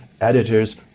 editors